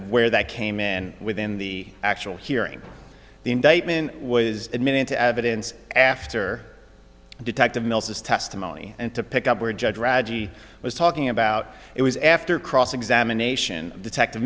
where that came in with in the actual hearing the indictment was admitted into evidence after detective mills his testimony and to pick up where judge radke was talking about it was after cross examination detect